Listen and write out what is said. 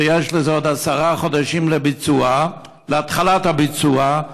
כשיש עוד עשרה חודשים להתחלת הביצוע,